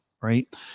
right